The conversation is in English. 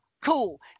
cool